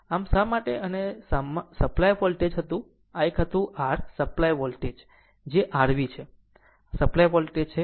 આમ આ શા માટે અને સપ્લાય વોલ્ટેજ હતું આ એક હતું r સપ્લાય વોલ્ટેજ જે r V છે આ સપ્લાય વોલ્ટેજ છે